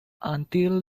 until